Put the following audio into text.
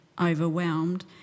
overwhelmed